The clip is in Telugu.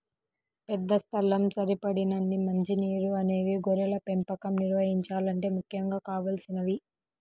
పెద్ద స్థలం, సరిపడినన్ని మంచి నీరు అనేవి గొర్రెల పెంపకం నిర్వహించాలంటే ముఖ్యంగా కావలసినవి